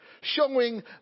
showing